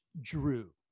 Drew